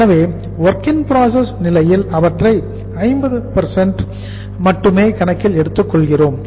எனவே WIP நிலையில் அவற்றை 50 மட்டுமே கணக்கில் எடுத்துக் கொள்கிறோம்